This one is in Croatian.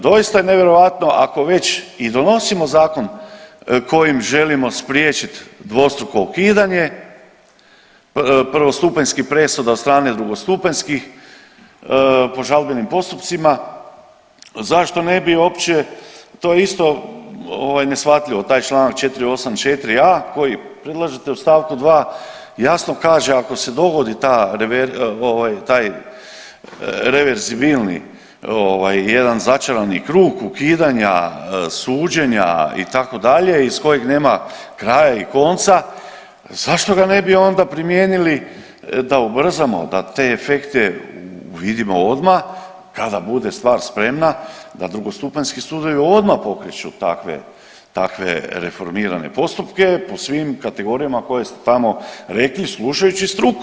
Doista je nevjerojatno ako već i donosimo zakon kojim želimo spriječit dvostruko ukidanje prvostupanjskih presuda od strane drugostupanjskih po žalbenim postupcima, zašto ne bi uopće to je isto neshvatljivo, taj čl. 484.a koji predlažete u st. 2. jasno kaže ako se dogodi taj reverzibilni jedan začarani krug ukidanja, suđenja itd. iz kojeg nema kraja i konca, zašto ga ne bi onda primijenili da ubrzamo, da te efekte uvidimo odmah kada bude stvar spremna da drugostupanjski sudovi odmah pokreću takve reformirane postupke po svim kategorijama koje su tamo rekli slušajući struku.